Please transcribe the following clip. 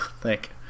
thank